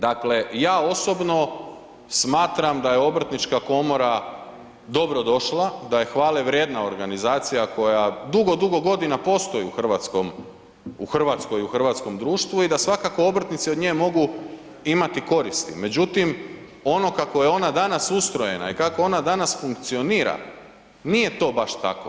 Dakle, ja osobno smatram da je Obrtnička komora dobrodošla, da je hvalevrijedna organizacija koja dugo, dugo godina postoji u Hrvatskoj, u hrvatskom društvu i da svakako obrtnici od nje mogu imati koristi međutim, ono kako je ona danas ustrojena i kako ona danas funkcionira, nije to baš tako.